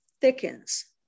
thickens